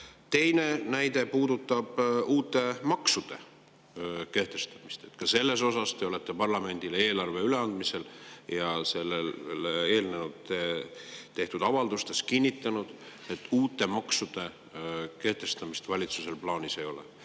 näide puudutab uute maksude kehtestamist. Ka selles osas te olete parlamendile eelarve üleandmisel ja sellele eelnenud avaldustes kinnitanud, et uute maksude kehtestamist valitsusel plaanis ei ole.